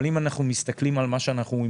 אבל אם אנחנו מסתכלים על הסל,